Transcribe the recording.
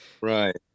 Right